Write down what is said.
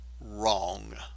wrong